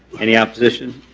any opposition?